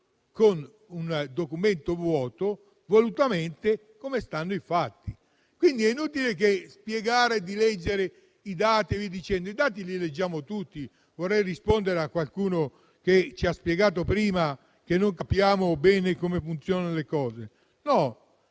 con un Documento vuoto, come stanno i fatti. Quindi, è inutile spiegare e leggere i dati, quelli li leggiamo tutti. Vorrei rispondere a qualcuno che ci ha spiegato prima che non capiamo bene come funzionano le cose,